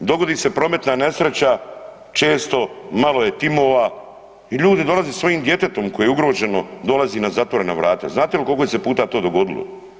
Dogodi se prometna nesreća, često malo je timova, i ljudi dolaze sa svojim djetetom koje je ugroženo, dolazi na zatvorena vrata, znate li koliko se puta to dogodilo?